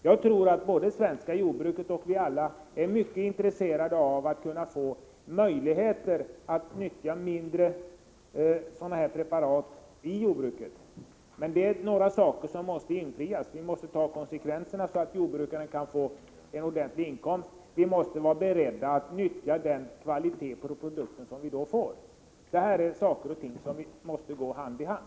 Jag tror att både det svenska jordbruket och vi alla är mycket intresserade av att få möjligheter att nyttja mindre mängder kemiska preparat i jordbruket. Men då måste vi också ta konsekvenserna, så att jordbrukaren kan få en ordentlig inkomst, och vi måste också vara beredda att acceptera den kvalitet på produkterna som vi då får. Detta måste gå hand i hand.